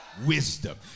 wisdom